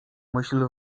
myśl